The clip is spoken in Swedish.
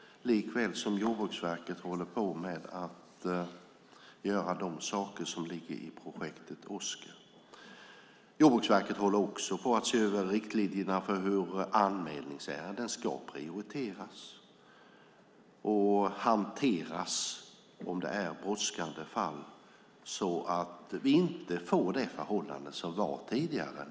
Jordbruksverket håller också på att göra de saker som ligger i projektet Oskar. Jordbruksverket håller också på att se över riktlinjerna för hur anmälningsärenden ska prioriteras och hanteras om det är brådskande fall så att vi inte får det förhållande som var tidigare.